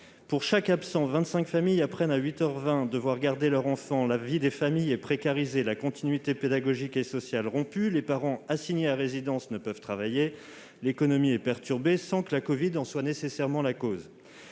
Pour chaque absent, vingt-cinq familles apprennent à huit heures vingt qu'elles doivent garder leur enfant ; la vie des familles est précarisée, la continuité pédagogique et sociale rompue. Les parents, assignés à résidence, ne pouvant travailler, l'économie est perturbée, sans que la covid en soit nécessairement la cause.